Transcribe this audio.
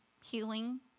healing